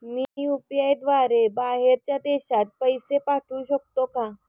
मी UPI द्वारे बाहेरच्या देशात पैसे पाठवू शकतो का?